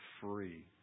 free